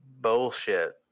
bullshit